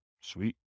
Sweet